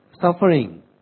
suffering